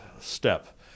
step